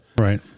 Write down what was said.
right